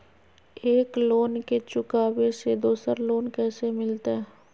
एक लोन के चुकाबे ले दोसर लोन कैसे मिलते?